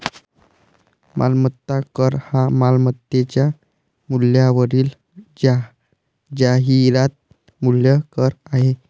मालमत्ता कर हा मालमत्तेच्या मूल्यावरील जाहिरात मूल्य कर आहे